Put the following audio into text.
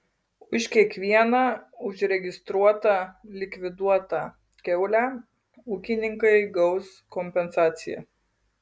už kiekvieną užregistruotą likviduotą kiaulę ūkininkai gaus kompensaciją